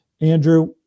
Andrew